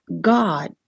God